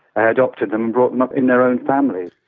ah adopted them, brought them up in their own families.